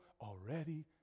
already